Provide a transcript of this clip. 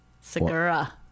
Segura